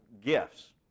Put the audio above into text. gifts